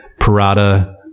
Parada